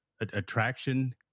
attraction